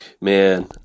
Man